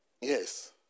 Yes